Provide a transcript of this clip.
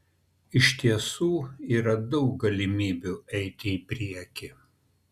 iš tiesų yra daug galimybių eiti į priekį